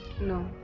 no